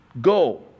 Go